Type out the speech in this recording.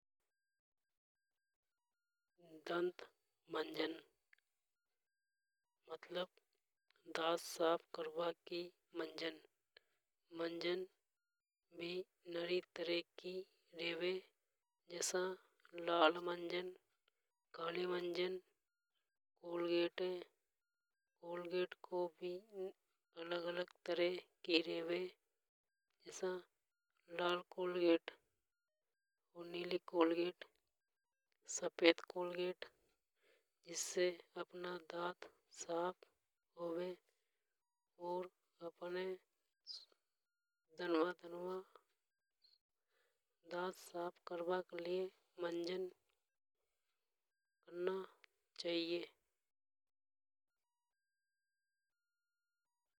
दंत मंजन मतलब दांत साफ करबा की मंजन। मंजन भी नरी यह की रेवे जसा लाल मंजन काली। मंजन कोलगेट। कोलगेट भी अलग अलग तरह की रेवे जसा लाल कोलगेट और नीली कोलगेट सफेद कोलगेट जिसे अपना दांत साफ होवे। और अपन दनवा दनवा दांत साफ करबा म के लिए मंजन करना चाहिए।